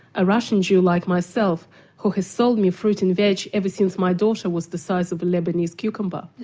a russian jew like myself who had sold me fruit and veg ever since my daughter was the size of a lebanese cucumber.